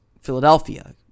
Philadelphia